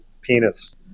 penis